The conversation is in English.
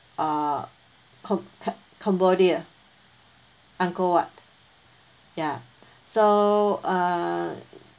uh com~ ca~ cambodia angkor wat ya so err